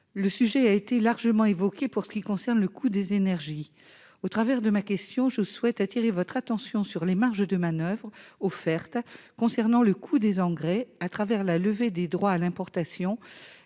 le sujet a été largement évoquée pour ce qui concerne le coût des énergies au travers de ma question, je souhaite attirer votre attention sur les marges de manoeuvre offertes concernant le coût des engrais à travers la levée des droits à l'importation